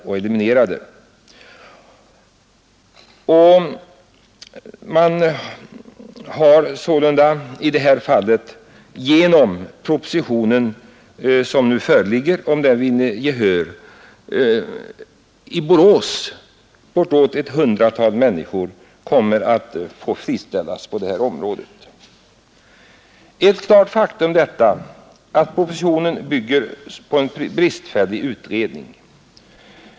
Om det nu föreliggande propositionsförslaget bifalles kommer sålunda i Borås bortåt ett hundratal människor att friställas. Det är ett klart faktum att propositionen bygger på en bristfällig utredning.